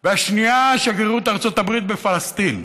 והשנייה, שגרירות ארצות הברית בפלסטין.